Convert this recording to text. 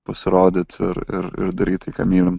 pasirodyt ir ir ir daryt tai ką mylim